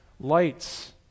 lights